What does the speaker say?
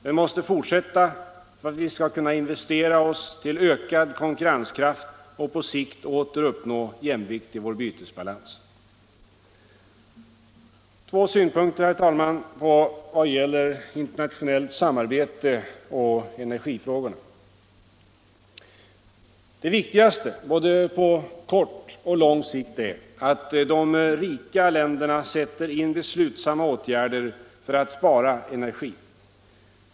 Den måste fortsätta för att vi skall kunna investera oss till ökad konkurrenskraft och på sikt åter uppnå jämvikt i vår bytesbalans. Två synpunkter vad gäller internationellt samarbete och energifrågorna. För det första: Det viktigaste på både kort och lång sikt är att de rika länderna sätter in beslutsamma åtgärder för att spara energi.